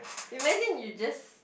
imagine you just